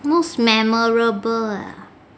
most memorable ah